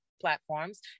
platforms